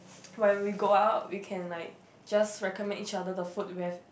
when we go out we can like just recommend each other the food we have